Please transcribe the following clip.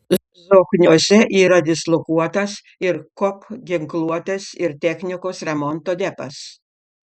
zokniuose yra dislokuotas ir kop ginkluotės ir technikos remonto depas